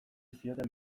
zioten